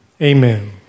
amen